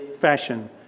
fashion